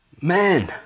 Man